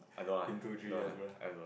in two three years bruh